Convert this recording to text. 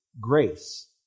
Grace